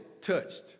touched